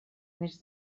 més